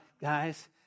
guys